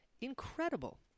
incredible